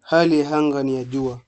Hali ya anga ni ya jua.